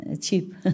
cheap